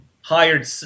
Hired